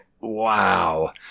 wow